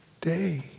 day